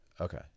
Okay